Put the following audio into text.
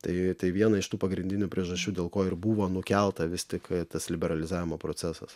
tai tai viena iš tų pagrindinių priežasčių dėl ko ir buvo nukelta vis tik tas liberalizavimo procesas